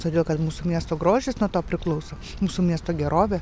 todėl kad mūsų miesto grožis nuo to priklauso mūsų miesto gerovė